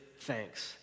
thanks